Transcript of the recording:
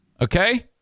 Okay